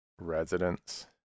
residents